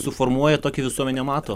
suformuoja tokį visuomenė mato